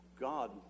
God